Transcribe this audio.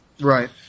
right